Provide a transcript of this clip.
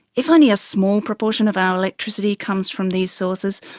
if only a small proportion of our electricity comes from these sources,